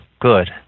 good